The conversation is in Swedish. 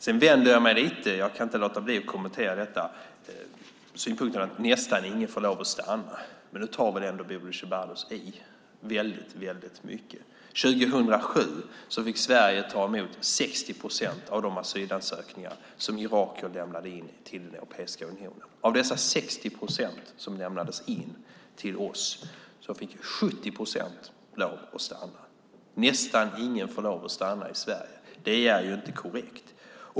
Jag vänder mig lite mot och kan inte låta bli att kommentera synpunkten att nästan ingen får lov att stanna. Nu tar väl Bodil Ceballos ändå i väldigt mycket. År 2007 fick Sverige ta emot 60 procent av de asylansökningar som irakier lämnade in till Europeiska unionen. Av dessa 60 procent asylsökande fick 70 procent lov att stanna. Att nästan ingen får lov att stanna i Sverige är alltså inte korrekt.